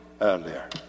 earlier